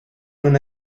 non